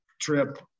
trip